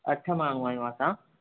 अठ माण्हू आहियूं असां